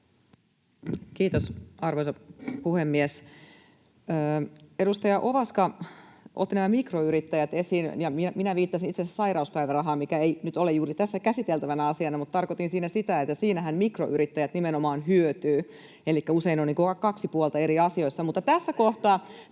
Kiitos, arvoisa puhemies! Edustaja Ovaska otti mikroyrittäjät esiin, ja minä viittasin itse asiassa sairauspäivärahaan, mikä ei nyt ole juuri tässä käsiteltävänä asiana, mutta tarkoitin siinä sitä, että siinähän mikroyrittäjät nimenomaan hyötyvät. Elikkä usein on kaksi puolta eri asioissa. [Jouni Ovaska: